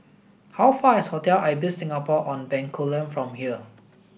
how far is Hotel Ibis Singapore On Bencoolen from here